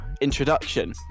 introduction